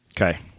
Okay